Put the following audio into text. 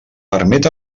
permet